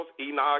Enoch